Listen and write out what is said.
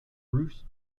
bruce